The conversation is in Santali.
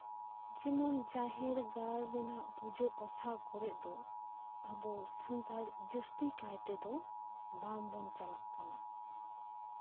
ᱡᱟᱦᱮᱨ ᱜᱟᱲ ᱨᱮᱱᱟᱜ ᱯᱩᱡᱟᱹ ᱯᱟᱥᱟ ᱠᱚᱨᱮᱜ ᱫᱚ ᱟᱵᱚ ᱥᱟᱱᱛᱟᱲ ᱡᱟᱹᱥᱛᱤ ᱠᱟᱭ ᱛᱮᱫᱚ ᱵᱟᱝᱵᱚᱱ ᱪᱟᱞᱟᱜ ᱠᱟᱱᱟ